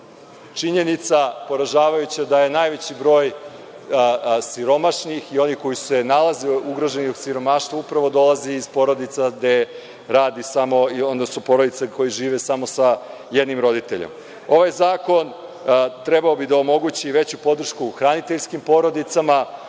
činjenica poražavajuća, da je najveći broj siromašnih i onih koji se nalaze ugroženi u siromaštvu upravo dolaze iz porodice koje žive samo sa jednim roditeljem. Ovaj zakon trebao bi da omogući veću podršku hraniteljskim porodicama